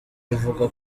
rivuga